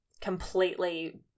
completely